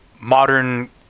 modern